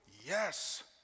Yes